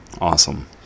Awesome